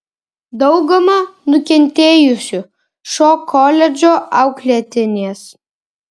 dauguma nukentėjusių šio koledžo auklėtinės